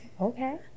Okay